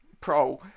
pro